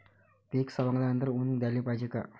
पीक सवंगल्यावर ऊन द्याले पायजे का?